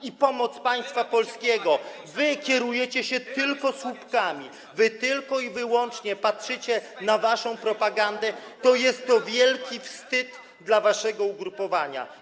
i pomoc państwa polskiego, kierujecie się tylko słupkami, patrzycie tylko i wyłącznie na waszą propagandę, to jest to wielki wstyd dla waszego ugrupowania.